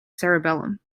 cerebellum